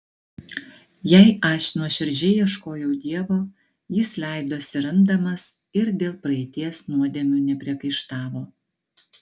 jei aš nuoširdžiai ieškojau dievo jis leidosi randamas ir dėl praeities nuodėmių nepriekaištavo